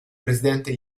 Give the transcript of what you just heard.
presidente